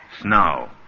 Snow